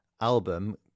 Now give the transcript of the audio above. album